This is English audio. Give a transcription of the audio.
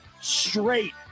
straight